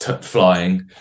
flying